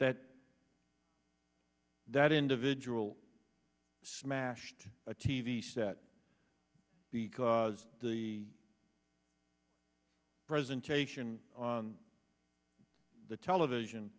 that that individual smashed a t v set because the presentation on the television